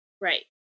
Right